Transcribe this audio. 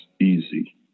easy